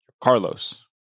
Carlos